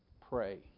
pray